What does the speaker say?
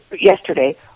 yesterday